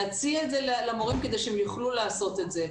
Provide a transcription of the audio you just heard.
להציע את זה למורים כדי שהם יוכלו לעשות את זה,